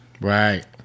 Right